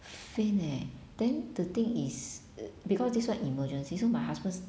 faint eh then the thing is because this one emergency so my husband